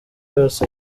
yose